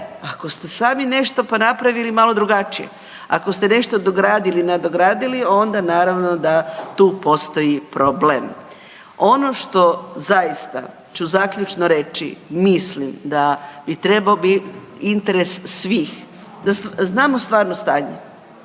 ako ste sami nešto pa napravili malo drugačije. Ako ste nešto dogradili, nadogradili onda naravno da tu postoji problem. Ono što zaista ću zaključno reći, mislim da bi trebao biti interes svih da znamo stvarno stanje,